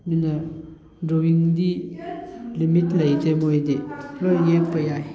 ꯑꯗꯨꯅ ꯗ꯭ꯔꯣꯋꯤꯡꯗꯤ ꯂꯤꯃꯤꯠ ꯂꯩꯇꯦ ꯃꯣꯏꯗꯤ ꯂꯣꯏ ꯌꯦꯛꯄ ꯌꯥꯏ